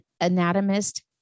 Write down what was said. anatomist